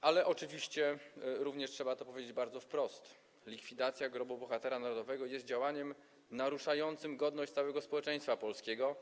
ale oczywiście również trzeba to powiedzieć bardzo wprost - likwidacja grobu bohatera narodowego jest działaniem naruszającym godność całego społeczeństwa polskiego.